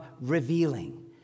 revealing